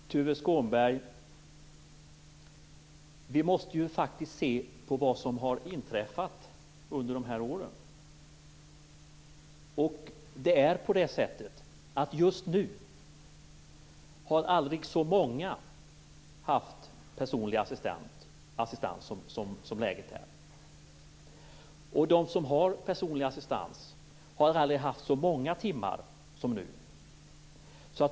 Fru talman! Tuve Skånberg, vi måste ju se på vad som faktiskt har inträffat under dessa år. Just nu har aldrig så många haft personlig assistans. De som har personlig assistans har aldrig haft så många timmar som nu.